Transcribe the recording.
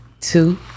two